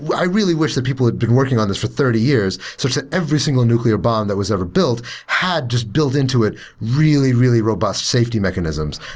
but i really wish that people had been working on this for thirty years such that every single nuclear bomb that was ever built had just built into it really really robust safety mechanisms,